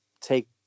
take